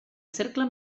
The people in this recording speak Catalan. cercle